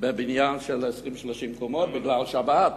בבניין של 20 30 קומות, בגלל השבת.